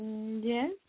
Yes